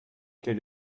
quel